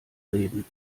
reden